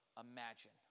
imagine